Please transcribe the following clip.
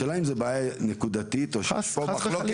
השאלה אם זו בעיה נקודתית או שיש פה מחלוקת